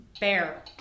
Bear